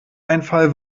einfall